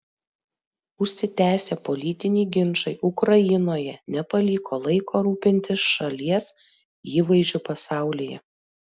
užsitęsę politiniai ginčai ukrainoje nepaliko laiko rūpintis šalies įvaizdžiu pasaulyje